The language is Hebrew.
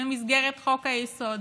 במסגרת חוק-היסוד.